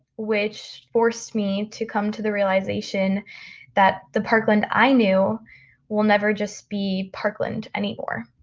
which forced me to come to the realization that the parkland i knew will never just be parkland anymore.